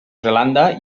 zelanda